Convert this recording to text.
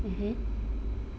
mmhmm